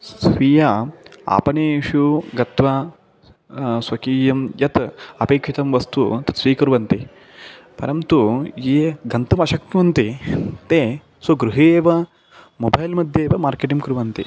स्वीयेषु आपणेषु गत्वा स्वकीयं यत् अपेक्षितं वस्तु स्वीकुर्वन्ति परन्तु ये गन्तुम् अशक्नुवन्ति ते स्वगृहे एव मोबैल् मध्ये एव मार्केटिङ्ग् कुर्वन्ति